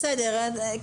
בסדר.